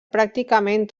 pràcticament